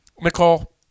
Nicole